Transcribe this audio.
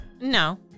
No